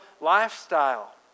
lifestyle